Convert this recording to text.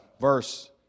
verse